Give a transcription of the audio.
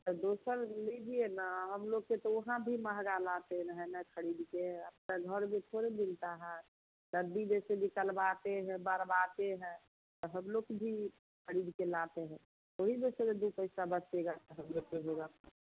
तो दोसर लीजिए ना हम लोग के यहाँ भी महंगा लाते हैं ना ख़रीद के आपका घर में थोड़े मिलता है सब्ज़ी जैसे निकलवाते हैं बरवाते हैं तो हम लोग भी ख़रीद के लाते हैं वही में से ना दो पैसा बचेगा तो हम लोग का होगा